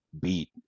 beat